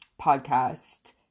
podcast